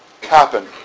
happen